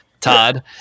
Todd